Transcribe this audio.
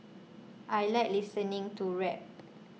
I like listening to rap